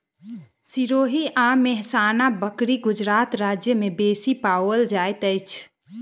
सिरोही आ मेहसाना बकरी गुजरात राज्य में बेसी पाओल जाइत अछि